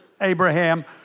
Abraham